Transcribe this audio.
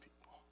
people